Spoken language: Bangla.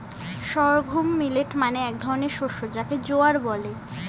সর্ঘুম মিলেট মানে এক ধরনের শস্য যাকে জোয়ার বলে